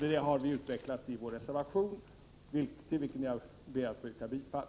Detta har vi utvecklat i vår reservation, till vilken jag yrkar bifall.